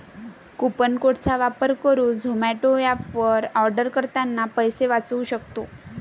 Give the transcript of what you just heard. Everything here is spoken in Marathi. कुपन कोड चा वापर करुन झोमाटो एप वर आर्डर करतांना पैसे वाचउ सक्तो